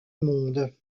monde